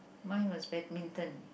mine was badminton